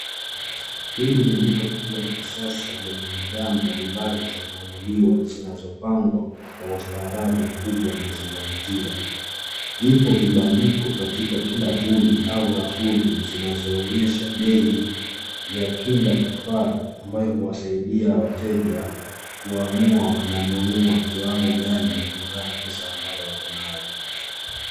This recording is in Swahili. Hili ni duka kubwa la kisasa lenye bidhaa mbalimbali za kuanguliwa zinazopangwa kwa ustaarabu mkubwa na zinavutia. Vipo vibandiko katika kila vuli au rafuli zinazoonyesha bei ya kila kifaa ambayo huwasaidia wateja kuamua wananunua kiwango gani kulingana pesa ambayo wako nayo.